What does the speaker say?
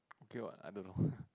okay what I don't know